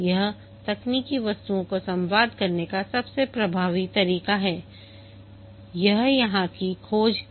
यह तकनीकी वस्तुओं को संवाद करने का सबसे प्रभावी तरीका है यह यहां की खोज थी